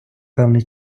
певний